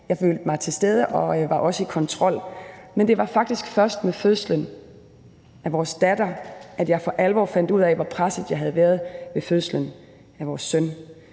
Jeg følte mig til stede og var også i kontrol, men det var faktisk først med fødslen af vores datter, at jeg for alvor fandt ud af, hvor presset jeg havde været ved fødslen af vores søn.